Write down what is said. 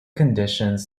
conditions